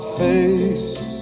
face